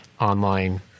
online